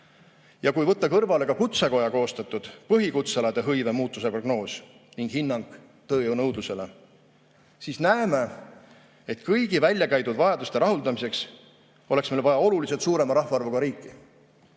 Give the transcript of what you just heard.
Kui võtta kõrvale ka Kutsekoja koostatud põhikutsealade hõive muutuse prognoos ning hinnang tööjõu nõudlusele, siis näeme, et kõigi välja käidud vajaduste rahuldamiseks oleks meil vaja oluliselt suurema rahvaarvuga riiki.